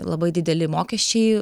labai dideli mokesčiai